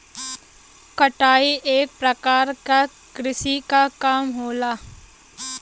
कटाई एक परकार क कृषि क काम होला